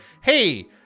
Hey